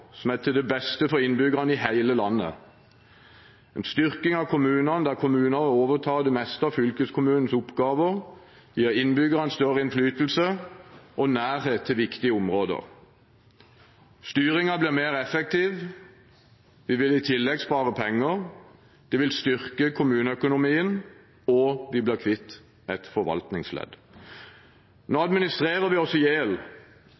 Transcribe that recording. som er til det beste for innbyggerne i hele landet. En styrking av kommunene der kommunen overtar det meste av fylkeskommunens oppgaver, gir innbyggerne større innflytelse og nærhet til viktige områder. Styringen blir mer effektiv. Vi vil i tillegg spare penger. Det vil styrke kommuneøkonomien, og vi blir kvitt et forvaltningsledd. Nå